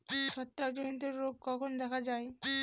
ছত্রাক জনিত রোগ কখন দেখা য়ায়?